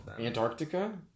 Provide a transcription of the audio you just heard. Antarctica